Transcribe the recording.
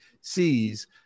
sees